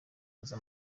kuza